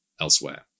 elsewhere